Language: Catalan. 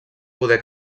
poder